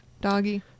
Doggy